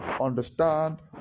Understand